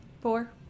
four